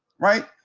right?